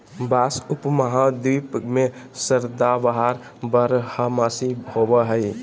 बाँस उपमहाद्वीप में सदाबहार बारहमासी होबो हइ